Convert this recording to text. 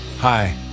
Hi